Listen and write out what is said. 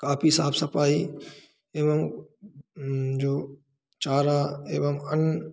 काफी साफ़ सफ़ाई एवं जो चारा एवं अन्न